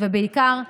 ובעיקר,